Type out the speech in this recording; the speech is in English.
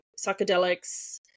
psychedelics